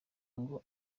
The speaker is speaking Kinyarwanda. ngo